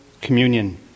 communion